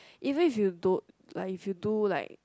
even if you don't like if you do like